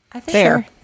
Fair